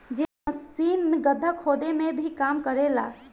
JCB machine गड्ढा खोदे के भी काम करे ला